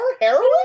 heroin